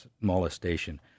molestation